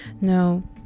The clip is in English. No